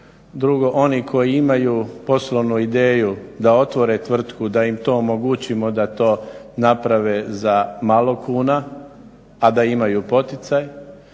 drugo oni koji imaju poslovnu ideju da otvore tvrtku da im to omogućimo da to naprave za malo kuna, a da imaju poticaj,